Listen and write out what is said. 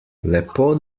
lepo